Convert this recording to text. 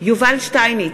יובל שטייניץ,